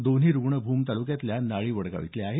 दोन्ही रुग्ण भूम तालुक्यातल्या नाळी वडगाव इथले आहेत